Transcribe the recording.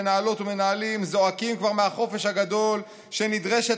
מנהלות ומנהלים זועקים כבר מהחופש הגדול שנדרשת